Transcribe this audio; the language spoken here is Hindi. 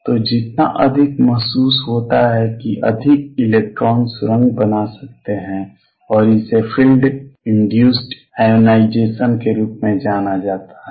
तो जितना अधिक महसूस होता है कि अधिक इलेक्ट्रॉन सुरंग बना सकते हैं और इसे फ़ील्ड इन्दूस्ड आयोनाइज़ेशन के रूप में जाना जाता है